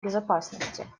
безопасности